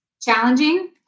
challenging